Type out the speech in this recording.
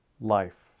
life